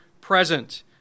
present